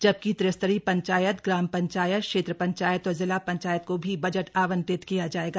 जबकि त्रिस्तरीय पंचायतों ग्राम पंचायत क्षेत्र पंचायत और जिला पंचायत को भी बजट आवंटित किया जाएगा